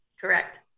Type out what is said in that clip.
Correct